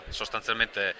sostanzialmente